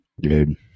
Dude